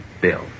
Bill